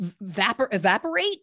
evaporate